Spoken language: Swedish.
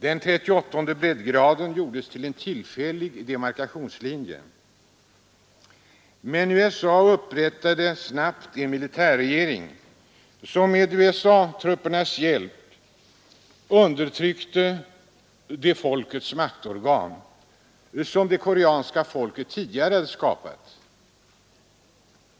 Den 38:e breddgraden gjordes till en tillfällig demarkationslinje. Men USA upprättade snabbt en militärregering som med USA-truppernas hjälp undertryckte de folkets maktorgan som det koreanska folket tidigare hade skapat.